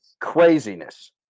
Craziness